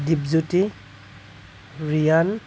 Dipjyoti Riyan